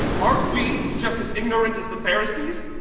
aren't we just as ignorant as the pharisees?